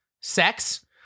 sex